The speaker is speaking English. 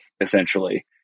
essentially